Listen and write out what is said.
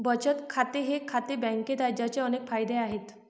बचत खाते हे खाते बँकेत आहे, ज्याचे अनेक फायदे आहेत